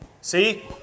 See